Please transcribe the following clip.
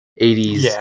80s